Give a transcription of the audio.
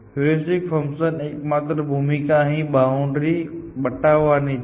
heuristic function એકમાત્ર ભૂમિકા અહીં બાઉન્ડ્રી બતાવવાની છે